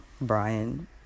Brian